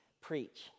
preach